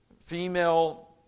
female